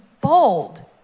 bold